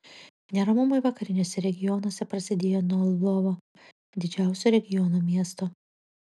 neramumai vakariniuose regionuose prasidėjo nuo lvovo didžiausio regiono miesto